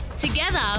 Together